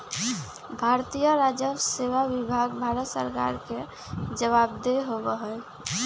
भारतीय राजस्व सेवा विभाग भारत सरकार के जवाबदेह होबा हई